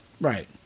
Right